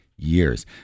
years